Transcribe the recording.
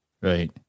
Right